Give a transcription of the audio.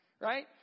Right